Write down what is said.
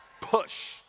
Push